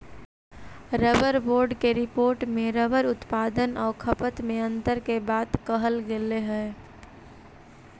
rubber board के report में rubber उत्पादन आउ खपत में अन्तर के बात कहल गेलइ हे